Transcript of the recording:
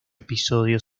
episodio